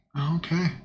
Okay